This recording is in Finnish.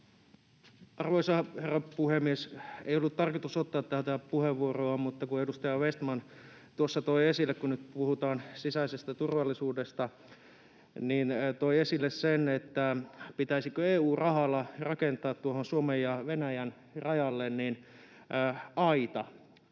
Arvoisa herra puhemies! Ei ollut tarkoitus ottaa tätä puheenvuoroa, mutta edustaja Vestman tuossa toi esille sen — kun nyt puhutaan sisäisestä turvallisuudesta — pitäisikö EU-rahalla rakentaa Suomen ja Venäjän rajalle aita.